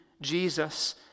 Jesus